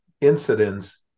incidents